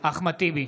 אחמד טיבי,